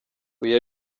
uyu